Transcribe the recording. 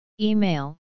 Email